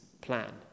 plan